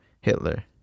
Hitler